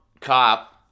cop